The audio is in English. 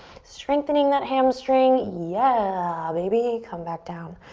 strengthening that hamstring. yeah, ah baby. come back down.